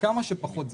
בכמה שפחות זמן.